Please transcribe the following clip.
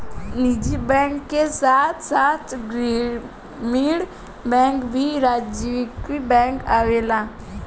निजी बैंक के साथ साथ ग्रामीण बैंक भी वाणिज्यिक बैंक आवेला